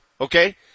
okay